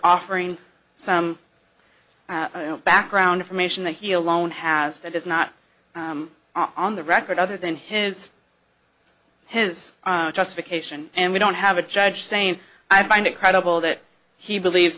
offering some background information that he alone has that is not on the record other than his his justification and we don't have a judge saying i find it credible that he believe